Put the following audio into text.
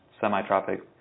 semi-tropic